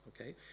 okay